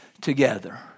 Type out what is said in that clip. together